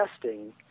testing